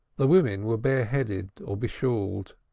the women were bare-headed or be-shawled,